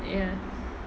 ya